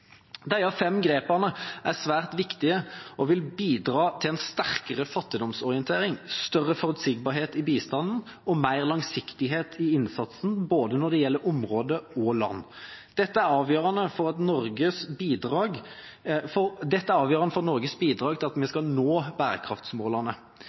fem grepene er svært viktige og vil bidra til en sterkere fattigdomsorientering, større forutsigbarhet i bistanden og mer langsiktighet i innsatsen når det gjelder både område og land. Dette er avgjørende for at